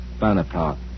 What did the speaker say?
Bonaparte